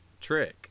trick